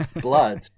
blood